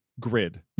grid